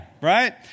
right